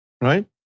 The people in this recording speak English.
Right